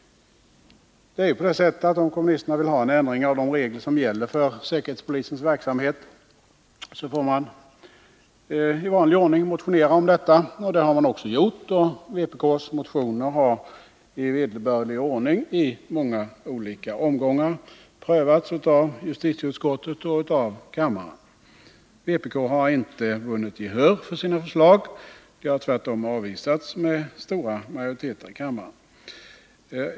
Om kommunisterna vill ha en ändring av de regler som gäller för säkerhetspolisens verksamhet, får de i vanlig ordning motionera härom. Det har de också gjort, och vpk:s motioner har i många olika omgångar prövats av justitieutskottet och riksdagen. Vpk har inte vunnit gehör för sina förslag — de har tvärtom avvisats med stora majoriteter i riksdagen.